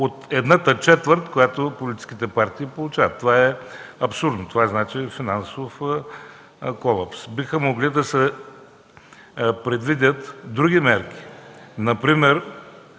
от едната четвърт, която политическите партии получават. Това е абсурдно, това е финансов колапс. Биха могли да се предвидят други мерки, например